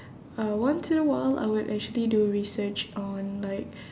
uh once in a while I would actually do research on like